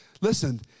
Listen